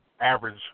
average